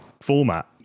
format